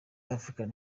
african